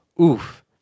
Oof